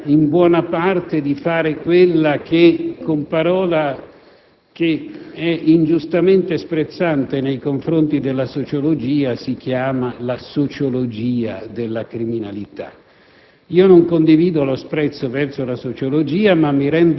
Certo, si rischia in buona parte di fare quella che, con parola ingiustamente sprezzante nei confronti della sociologia, si chiama la sociologia della criminalità.